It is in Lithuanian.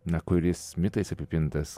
na kuris mitais apipintas